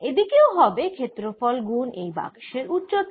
এদিকেও হবে ক্ষেত্রফল গুন এই বাক্সের উচ্চতা